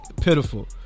pitiful